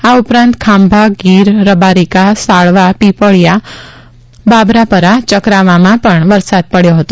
આ ઉપરાંત ખાભા ગીર રબારિકા સાળવા પીપળીયા બાબરાપરા ચકરાવામાં પણ વરસાદ પડ્યો હતો